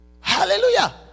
hallelujah